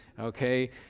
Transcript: okay